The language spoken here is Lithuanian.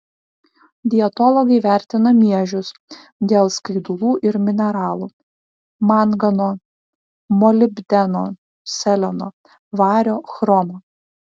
dietologai vertina miežius dėl skaidulų ir mineralų mangano molibdeno seleno vario chromo